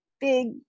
big